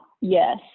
yes